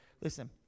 listen